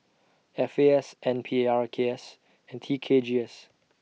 F A S N P A R K S and T K G S